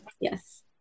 Yes